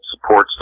supports